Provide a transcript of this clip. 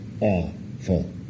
awful